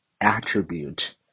attribute